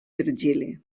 virgili